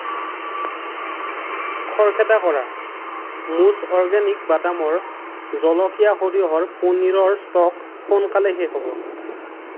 খৰখেদা কৰা মুজ অৰ্গেনিক বাদামৰ জলকীয়া সৰিয়হৰ পনীৰৰ ষ্টক সোনকালেই শেষ হ'ব